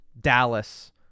Dallas